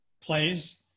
plays